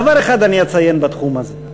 דבר אחד אני אציין בתחום הזה.